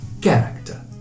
character